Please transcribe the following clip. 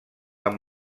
amb